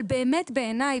אבל באמת בעיני,